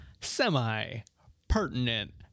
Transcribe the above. semi-pertinent